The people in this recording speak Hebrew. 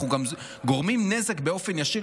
אנחנו גם גורמים נזק באופן ישיר